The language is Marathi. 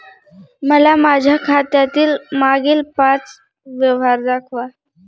मला माझ्या खात्यातील मागील पांच व्यवहार दाखवा